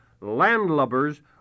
landlubbers